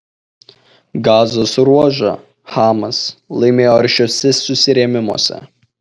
gazos ruožą hamas laimėjo aršiuose susirėmimuose